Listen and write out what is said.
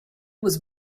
was